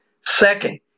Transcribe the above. Second